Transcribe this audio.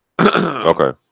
Okay